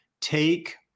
take